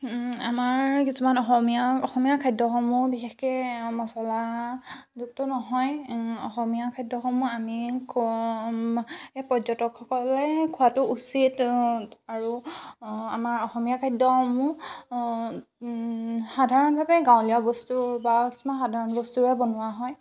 আমাৰ কিছুমান অসমীয়া অসমীয়া খাদ্যসমূহ বিশেষকৈ মচলাযুক্ত নহয় অসমীয়া খাদ্যসমূহ আমি ক'ম এই পৰ্যটকসকলে খোৱাতো উচিত আৰু আমাৰ অসমীয়া খাদ্যসমূহ সাধাৰণভাৱে গাঁৱলীয়া বস্তু বা কিছুমান সাধাৰণ বস্তুৰে বনোৱা হয়